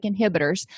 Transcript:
Inhibitors